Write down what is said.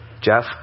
Jeff